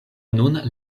nun